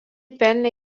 pelnė